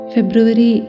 February